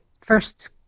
first